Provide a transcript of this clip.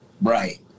Right